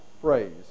phrase